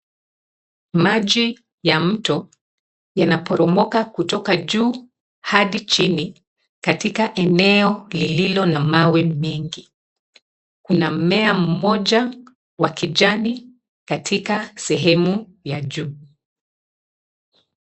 Maji ya mto inaporomoka kutoka juu hadi chini katika eneo lililo na mawe mengi. Kuna mmea mmoja wa kijani katika sehemu ya juu.